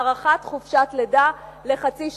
הארכת חופשת לידה לחצי שנה.